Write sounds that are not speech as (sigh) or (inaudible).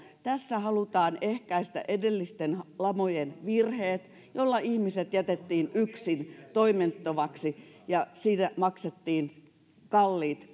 tässä halutaan ehkäistä edellisten lamojen virheet jolloin ihmiset jätettiin yksin ja toimettomaksi ja siitä maksettiin kalliit (unintelligible)